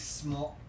small